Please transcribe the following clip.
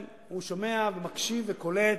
הוא מקשיב ושומע וקולט.